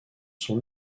sont